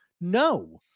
no